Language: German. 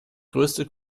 größte